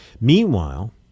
meanwhile